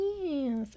yes